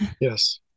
Yes